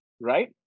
right